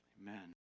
Amen